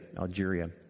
Algeria